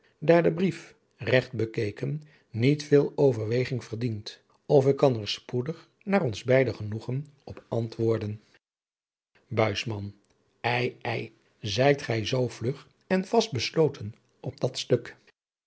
daar de brief regt bekeken niet veel overweging verdient of ik kan er spoedig naar ons beider genoegen op antwoorden buisman ei ei zijt gij zoo vlug en vast besloten op dat stuk